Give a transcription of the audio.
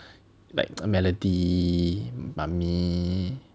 like Melody mummy